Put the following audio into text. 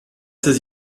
ses